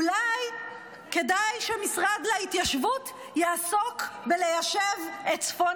אולי כדאי שהמשרד להתיישבות יעסוק בליישב את צפון